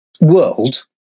world